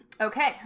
okay